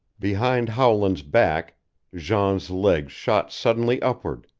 behind howland's back jean's legs shot suddenly upward.